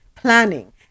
planning